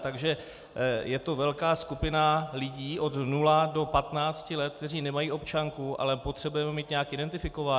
Takže je to velká skupina lidí od nula do 15 let, kteří nemají občanku, ale potřebujeme je mít nějak identifikovány.